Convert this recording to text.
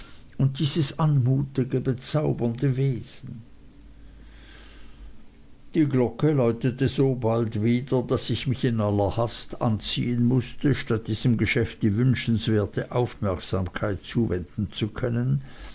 und dieses anmutige bezaubernde wesen die glocke läutete so bald wieder daß ich mich in aller hast anziehen mußte statt diesem geschäft die wünschenswerte aufmerksamkeit zuwenden zu können